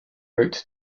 route